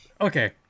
Okay